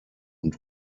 und